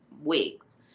wigs